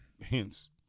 Hence